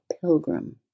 Pilgrim